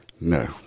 No